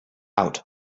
out